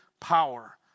power